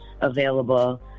available